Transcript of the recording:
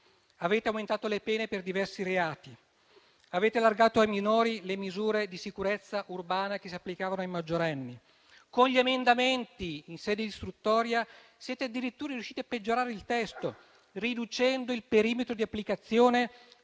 avete aumentato le pene per diversi reati; avete allargato ai minori le misure di sicurezza urbana che si applicavano ai maggiorenni; con gli emendamenti in sede di istruttoria siete addirittura riusciti a peggiorare il testo, riducendo il perimetro di applicazione